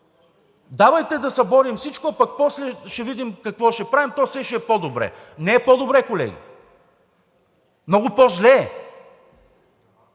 давайте да съборим всичко, пък после ще видим какво ще правим, то все ще е по-добре. Не е по-добре, колеги. Много по-зле е.